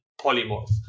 Polymorph